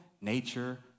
nature